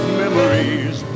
memories